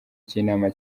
cy’inama